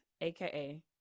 aka